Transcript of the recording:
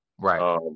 Right